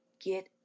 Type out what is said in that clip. get